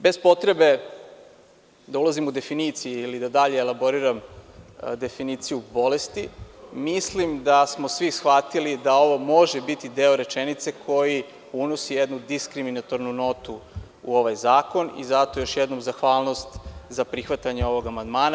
Bez potrebe da ulazim u definicije ili da dalje elaboriram definiciju bolesti, mislim da smo shvatili da ovo može biti deo rečenice koji unosi jednu diskriminatornu notu u ovaj zakon i zato još jednom zahvalnost za prihvatanje ovog amandmana.